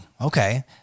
okay